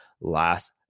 last